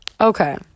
Okay